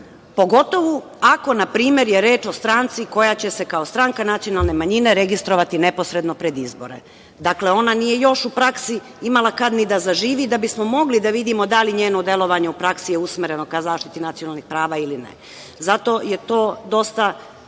pogotovu ako je npr. reč o stranci koja će se kao stranka nacionalne manjine registrovati neposredno pred izbore. Dakle, ona nije još u praksi imala kad ni da zaživi da bismo mogli da vidimo da li njeno delovanje u praksi je usmereno ka zaštiti nacionalnih prava ili ne. Zato je to dosta